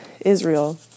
Israel